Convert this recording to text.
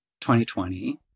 2020